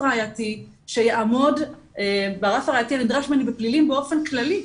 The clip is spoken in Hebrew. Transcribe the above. ראייתי שיעמוד ברף הראייתי הנדרש ממני בפלילים באופן כללי.